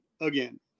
again